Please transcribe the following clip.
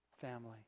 family